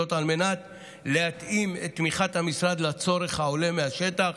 על מנת להתאים את תמיכת המשרד לצורך העולה מהשטח